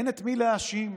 אין מי להאשים,